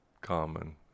common